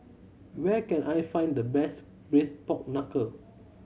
where can I find the best Braised Pork Knuckle